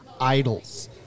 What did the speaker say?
Idols